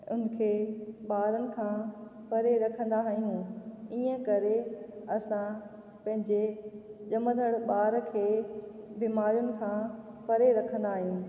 उन खे ॿारनि खा परे रखंदा आहियूं ईअं करे असां पंहिंजे ॼमंदड़ु ॿार खे बीमारियुनि खां परे रखंदा आहियूं